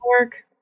Work